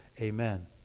amen